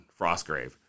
Frostgrave